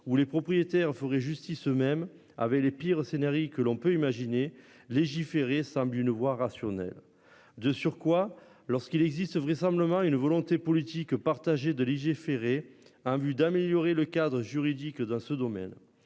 où les propriétaires feraient justice eux-mêmes avec les pires scénarii que l'on peut imaginer légiférer Sam d'une voie rationnelle de surcroît lorsqu'il existe vraisemblablement une volonté politique partagée de légiférer. Un but d'améliorer le cadre juridique dans ce domaine